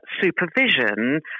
supervision